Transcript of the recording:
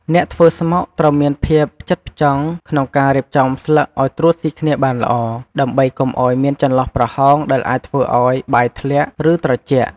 អ្នកធ្វើស្មុកត្រូវមានភាព ផ្ចិតផ្ចង់ ក្នុងការរៀបចំស្លឹកឲ្យត្រួតស៊ីគ្នាបានល្អ ដើម្បីកុំឲ្យមានចន្លោះប្រហោងដែលអាចធ្វើឲ្យបាយធ្លាក់ ឬត្រជាក់។